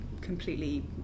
completely